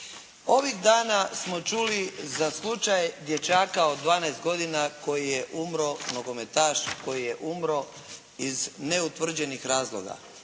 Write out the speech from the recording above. Ovih dana smo čuli za slučaj dječaka od 12 godina koji je umro, nogometaš koji je umro iz neutvrđenih razloga.